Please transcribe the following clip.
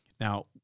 Now